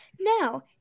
Now